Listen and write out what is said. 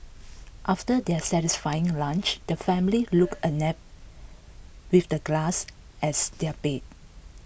after their satisfying lunch the family look a nap with the grass as their bed